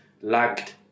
lagged